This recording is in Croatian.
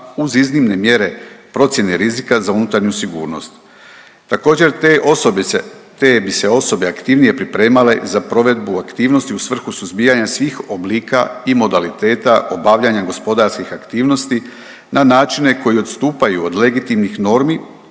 uz iznimne mjere procjene rizika za unutarnju sigurnost. Također te bi se osobe aktivnije pripremila za provedbu aktivnosti u svrhu suzbijanja svih oblika i modaliteta obavljanja gospodarskih aktivnosti na načine koji odstupaju od legitimnih normi